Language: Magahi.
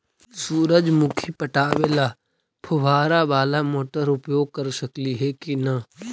सुरजमुखी पटावे ल फुबारा बाला मोटर उपयोग कर सकली हे की न?